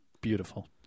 beautiful